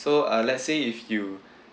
so uh let's say if you